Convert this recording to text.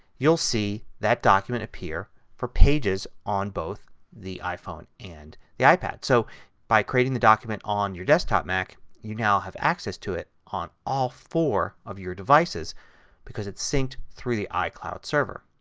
you will see that document appear for pages on both the iphone and the ipad. so by creating the document on your desktop mac you now have access to it on all four of your devices because it is synced through the icloud server.